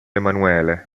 emanuele